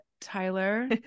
Tyler